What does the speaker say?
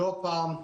לא פעם,